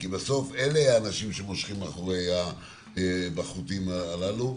כי בסוף אלה האנשים שמושכים בחוטים הללו.